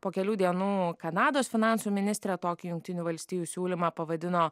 po kelių dienų kanados finansų ministrė tokį jungtinių valstijų siūlymą pavadino